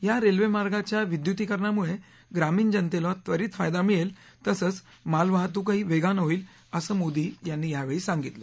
या रेल्वे मार्गाच्या विद्युतीकरणामुळे ग्रामीण जनतेला त्वरीत फायदा मिळेल तसंच मालवाहतुकही वेगानं होईल असं मोदी यांनी यावेळी सांगितलं